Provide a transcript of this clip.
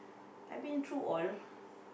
I've been through all